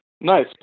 Nice